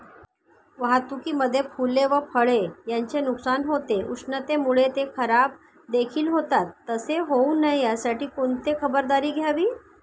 वाहतुकीमध्ये फूले व फळे यांचे नुकसान होते, उष्णतेमुळे ते खराबदेखील होतात तसे होऊ नये यासाठी कोणती खबरदारी घ्यावी?